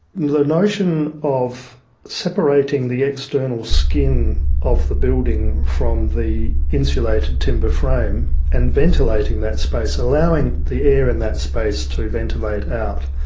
and the notion of separating the external skin of the building from the insulated timber frame and ventilating that space, allowing the air in that space to ventilate out,